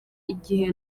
igihe